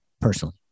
Personally